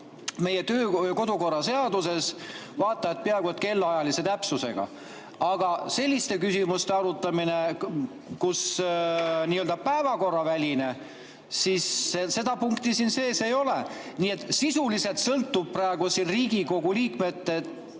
ja kodukorra seaduses, vaata et peaaegu kellaajalise täpsusega. Aga selliste küsimuste arutamine, mis on nii-öelda päevakorravälised – seda punkti siin sees ei ole. Nii et sisuliselt sõltub Riigikogu liikmete